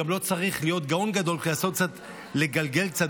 גם לא צריך להיות גאון גדול כדי לגגל קצת